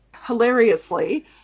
hilariously